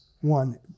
one